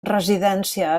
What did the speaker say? residència